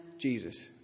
Jesus